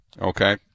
okay